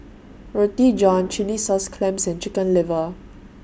Roti John Chilli Sauce Clams and Chicken Liver